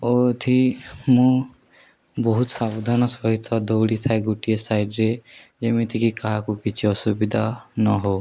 ଅଥି ମୁଁ ବହୁତ ସାବଧାନ ସହିତ ଦୌଡ଼ିଥାଏ ଗୋଟିଏ ସାଇଡ଼ରେେ ଯେମିତିକି କାହାକୁ କିଛି ଅସୁବିଧା ନହଉ